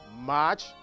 March